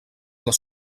les